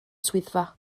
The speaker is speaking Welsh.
swyddfa